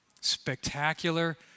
Spectacular